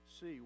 see